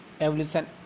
evolution